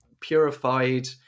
purified